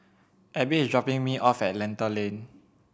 Abby is dropping me off at Lentor Lane